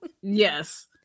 Yes